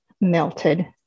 melted